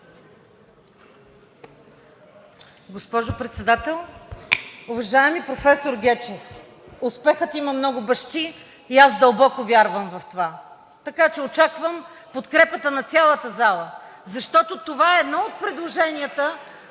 Госпожо Председател! Уважаеми професор Гечев, успехът има много бащи и дълбоко вярвам в това. Очаквам подкрепата на цялата зала, защото това е едно от предложенията,